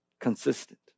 consistent